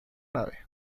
nave